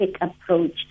approach